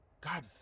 God